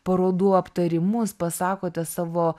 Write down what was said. parodų aptarimus pasakote savo